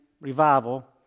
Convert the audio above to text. revival